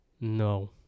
No